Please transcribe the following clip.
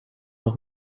nog